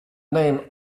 name